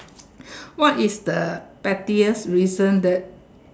what is the pettiest recent dirt